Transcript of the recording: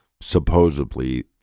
supposedly –